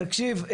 תקשיב,